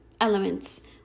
elements